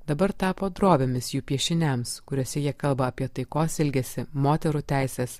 dabar tapo drobėmis jų piešiniams kuriuose jie kalba apie taikos ilgesį moterų teises